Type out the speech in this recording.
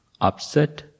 upset